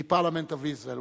the Parliament of Israel.